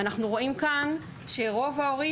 אנחנו רואים כאן שרוב ההורים,